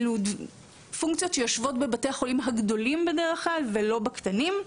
אלו פונקציות שיושבות בבתי החולים הגדולים בדרך כלל ולא בקטנים.